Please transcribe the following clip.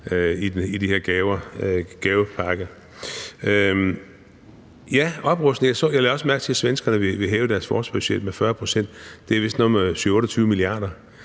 i de her gavepakker. Ja, jeg lagde også mærke til, at svenskerne vil hæve deres forsvarsbudget med 40 pct. Det er vist noget med 27-28 mia.